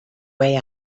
way